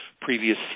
previous